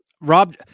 Rob